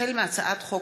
החל בהצעת חוק